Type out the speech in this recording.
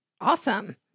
Awesome